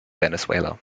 venezuela